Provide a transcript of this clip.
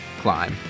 climb